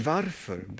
Varför